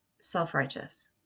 self-righteous